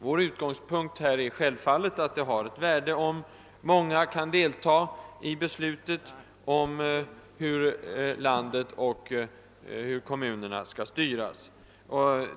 Vår utgångspunkt är självfallet att det har ett värde att många människor kan delta i besluten om hur kommunerna och landet skall styras.